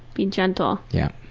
be gentle. yeah.